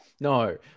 no